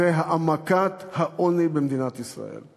הוא העמקת העוני במדינת ישראל.